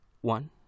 One